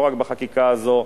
לא רק בחקיקה הזאת,